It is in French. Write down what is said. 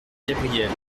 gabrielle